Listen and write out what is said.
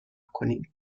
کنیم